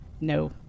No